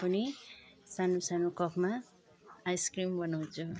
पनि सानो सानो कपमा आइसक्रिम बनाउँछु